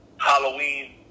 Halloween